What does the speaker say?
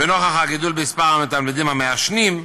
ונוכח הגידול במספר התלמידים המעשנים,